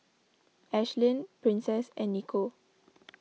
Ashlyn Princess and Nico